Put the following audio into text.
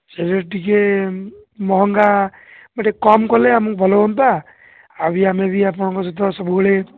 ସେଇଟା ଟିକିଏ ମହଙ୍ଗା ଟିକିଏ କମ୍ କଲେ ଆମକୁ ଭଲ ହୁଅନ୍ତା ଆଉ ବି ଆମେ ବି ଆପଣଙ୍କ ସହିତ ସବୁବେଳେ